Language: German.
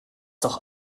doch